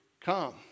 come